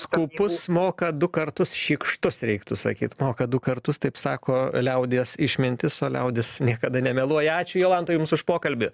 skupus moka du kartus šykštus reiktų sakyt moka du kartus taip sako liaudies išmintis o liaudis niekada nemeluoja ačiū jolantai jums už pokalbį